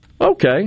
Okay